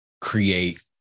create